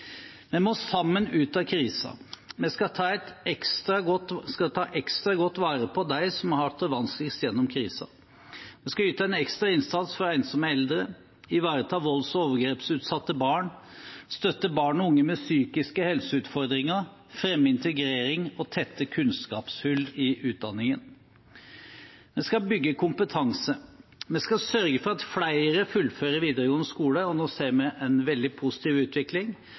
Vi må sammen ut av krisen. Vi skal ta ekstra godt vare på dem som har hatt det vanskeligst gjennom krisen. Vi skal yte ekstra innsats for ensomme eldre, ivareta volds- og overgrepsutsatte barn, støtte barn og unge med psykiske helseutfordringer, fremme integrering og tette kunnskapshull i utdanningen. Vi skal bygge kompetanse. Vi skal sørge for at flere fullfører videregående skole – nå ser vi en veldig positiv utvikling